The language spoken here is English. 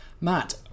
Matt